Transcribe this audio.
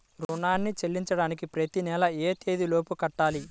రుణాన్ని చెల్లించడానికి ప్రతి నెల ఏ తేదీ లోపు కట్టాలి?